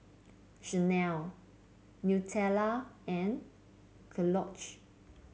Chanel Nutella and Kellogg